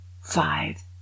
Five